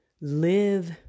live